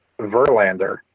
Verlander